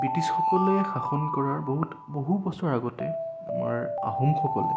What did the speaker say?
ব্ৰিটিছসকলে শাসন কৰা বহুত বহু বছৰ আগতে আমাৰ আহোমসকলে